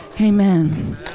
Amen